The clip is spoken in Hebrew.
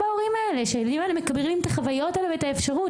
בהורים האלה שהילדים האלה מקבלים את החוויות והאפשרות.